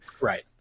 Right